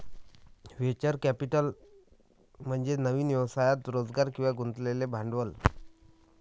venture capital म्हणजे नवीन व्यवसायात रोजगार किंवा गुंतवलेले भांडवल